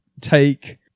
take